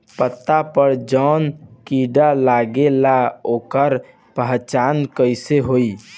पत्ता पर जौन कीड़ा लागेला ओकर पहचान कैसे होई?